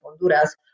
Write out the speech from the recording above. Honduras